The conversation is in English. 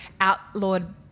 outlawed